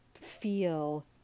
feel